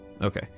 Okay